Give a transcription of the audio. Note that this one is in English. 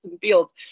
Fields